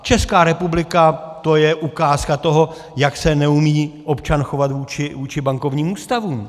Česká republika je ukázka toho, jak se neumí občan chovat vůči bankovním ústavům.